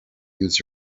use